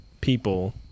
people